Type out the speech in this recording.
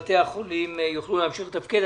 החולים יוכלו להמשיך לתפקד.